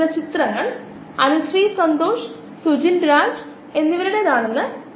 നമ്മുടെ തീരുമാനങ്ങളെ അടിസ്ഥാനമാക്കിയുള്ള ഒരു കേന്ദ്ര പാരാമീറ്ററാണ് നിരക്ക് എന്ന് നമ്മൾ പറഞ്ഞു